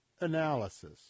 analysis